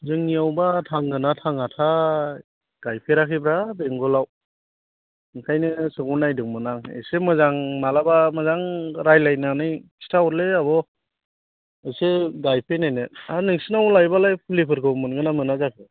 जोंनियावबा थांगोन ना थाङाथाय गायफेराखैब्रा बेंगलाव ओंखायनो सोंहरनायदोंमोन आं एसे मोजां मालाबा मोजां रायज्लायनानै खिथा हरलै आब' एसे गायफैनायनो हा नोंसोरनाव लायबालाय फुलिफोरखौ मोनगोन ना मोना जाखो